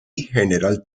general